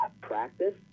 practice